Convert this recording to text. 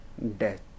Death